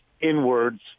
inwards